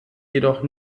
jedoch